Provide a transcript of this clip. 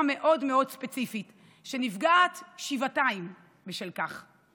מאוד מאוד ספציפית שנפגעת שבעתיים בשל כך,